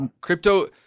Crypto